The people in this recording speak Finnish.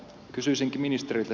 kysyisinkin ministeriltä